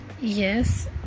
yes